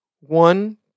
one